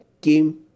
came